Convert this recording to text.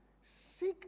Seek